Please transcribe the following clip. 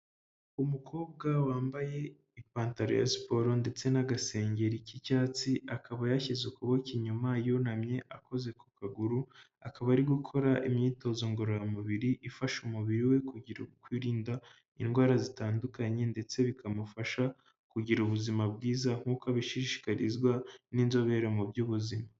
Umukobwa wambaye ipataro ya siporo ndetse n'agasengeri k'icyatsi, akaba yashyize ukuboko inyuma yunamye akoze ku kaguru. Akaba arigukora imyitozo ngororamubiri ifasha umubiri we kugira ukwirinda indwara zitandukanye, ndetse bikamufasha kugira ubuzima bwiza nk'uko abishishikarizwa n'inzobere mu by'ubuzima.